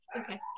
Okay